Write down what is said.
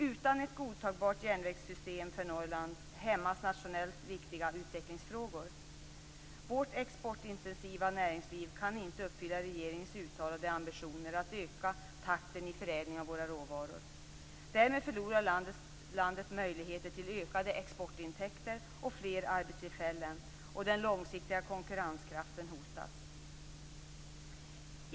Utan ett godtagbart järnvägssystem för Norrland hämmas nationellt viktiga utvecklingsfrågor. Vårt exportintensiva näringsliv kan inte uppfylla regeringens uttalade ambitioner att öka takten i förädlingen av våra råvaror. Därmed förlorar landet möjligheter till ökade exportintäkter och fler arbetstillfällen, och den långsiktiga konkurrenskraften hotas.